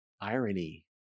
irony